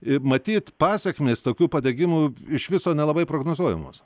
ir matyt pasekmės tokių padegimų iš viso nelabai prognozuojamos